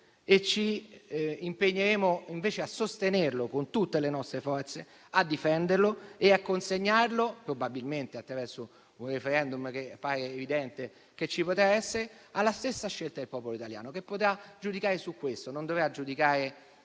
ci impegneremo a sostenerlo con tutte le nostre forze, a difenderlo e a consegnarlo, probabilmente attraverso un *referendum* che è evidente che ci potrà essere, alla scelta del popolo italiano, che potrà giudicare su questo. Non dovrà giudicare